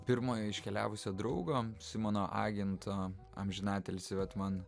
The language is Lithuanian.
pirmojo iškeliavusio draugo simono aginto amžinatilsį bet man